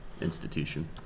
institution